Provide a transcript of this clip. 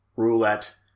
roulette